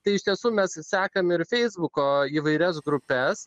tai iš tiesų mes sekam ir feisbuko įvairias grupes